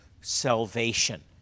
salvation